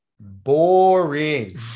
boring